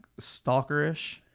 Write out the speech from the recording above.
stalkerish